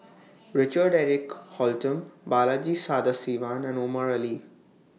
Richard Eric Holttum Balaji Sadasivan and Omar Ali